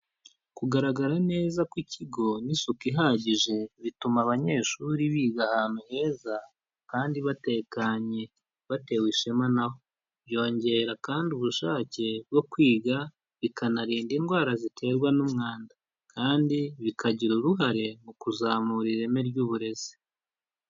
Kugaragara neza kw'ikigo n'isuku ihagije bituma abanyeshuri biga ahantu heza kandi batekanye batewe ishema na ho, byongera kandi ubushake bwo kwiga, bikanarinda indwara ziterwa n'umwanda kandi bikagira uruhare mu kuzamura ireme ry'uburezi.